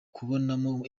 kubonamo